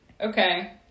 Okay